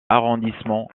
arrondissement